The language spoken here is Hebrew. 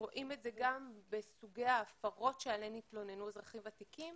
רואים את זה גם בסוגי ההפרות עליהן התלוננו אזרחים ותיקים.